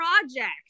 project